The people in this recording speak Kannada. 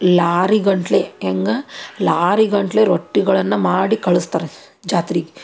ಲಾರಿಗಟ್ಲೆ ಹೆಂಗೆ ಲಾರಿಗಟ್ಲೆ ರೊಟ್ಟಿಗಳನ್ನು ಮಾಡಿ ಕಳಿಸ್ತಾರೆ ಜಾತ್ರಿಗೆ